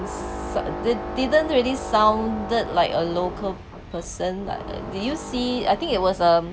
suddenly didn't really sounded like a local person like do you see I think it was a